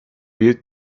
büyük